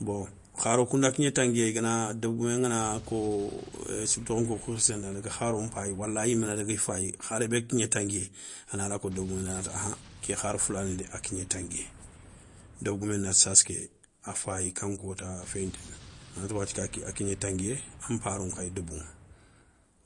Bon khaarou kounda kigne tangiye igana debegoumée ngana ko siby tokho nko kou khirsé nda adaga kharou npayi wala yimé na dagui fay, kharé bé, ga kigné tanguiyé, ana ra ko débé goumé ndaé anati ahan ké kharé foulané dé a kigné tanguiyé. Débégoumé nati sassa ké, a fayi kan kota féyinténi, anati wathia ké a kigné tanguiyé an parou nkhayi, débouŋa,